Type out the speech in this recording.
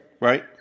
Right